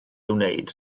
wneud